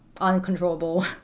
uncontrollable